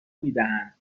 میدهند